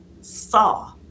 saw